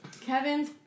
Kevin's